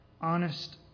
honest